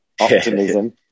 optimism